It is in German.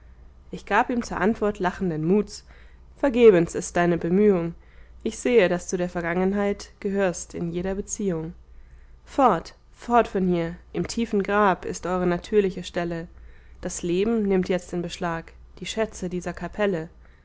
ich gab ihm zur antwort lachenden muts vergebens ist deine bemühung ich sehe daß du der vergangenheit gehörst in jeder beziehung fort fort von hier im tiefen grab ist eure natürliche stelle das leben nimmt jetzt in beschlag die schätze dieser kapelle